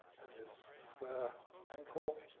and this square ankle,